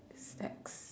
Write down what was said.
stacks